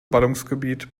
ballungsgebiet